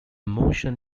motion